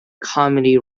comedy